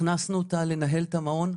הכנסנו אותה לנהל את המעון,